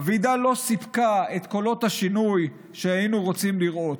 הוועידה לא סיפקה את קולות השינוי שהיינו רוצים לראות.